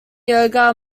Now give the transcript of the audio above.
yoga